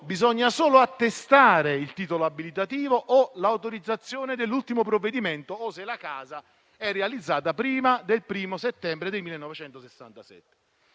Bisogna solo attestare il titolo abilitativo, l'autorizzazione dell'ultimo provvedimento o se la casa è stata realizzata prima del 1° settembre 1967.